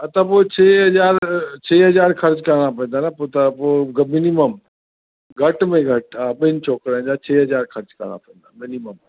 हा त पोइ छह हज़ार छह हज़ार ख़र्च करिणा पवंदा न पोइ त पोइ मिनिमम घटि में घटि हा ॿिन छोकिरनि जा छह हज़ार ख़र्च करिणा पवंदा मिनिमम